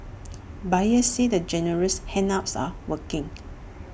buyers say the generous handouts are working